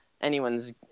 anyone's